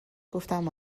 گفتم